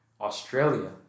Australia